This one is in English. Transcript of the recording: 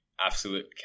Absolute